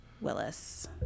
Willis